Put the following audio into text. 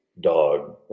dog